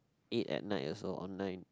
eight at night also or nine